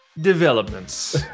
developments